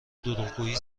دروغگویی